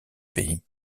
pays